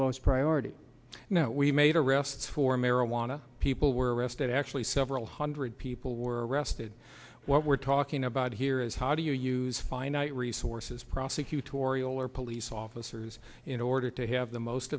lowest priority no we made arrests for marijuana people were arrested actually several hundred people were arrested what we're talking about here is how do you use finite resources prosecutorial or police officers in order to have the most